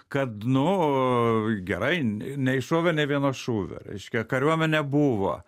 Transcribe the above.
kad nu gerai neiššovė nė vieno šūvio reiškia kariuomenė buvo